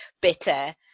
bitter